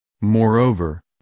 Moreover